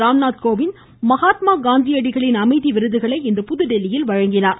ராம்நாத் கோவிந்த் மகாத்மா காந்தியடிகளின் அமைதி விருதுகளை இன்று புதுதில்லியில் வழங்கினார்